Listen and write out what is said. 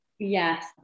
yes